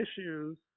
issues